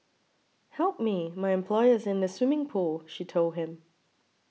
help me my employer is in the swimming pool she told him